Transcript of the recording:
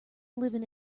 living